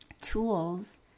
tools